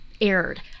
aired